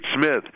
Smith